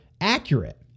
accurate